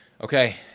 Okay